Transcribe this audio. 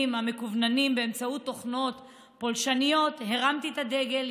המקוונים באמצעות תוכנות פולשניות הרמתי את הדגל,